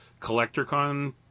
CollectorCon